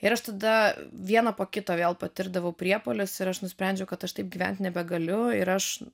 ir aš tada vieną po kito vėl patirdavau priepuolis ir aš nusprendžiau kad aš taip gyventi nebegaliu ir aš